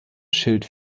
schild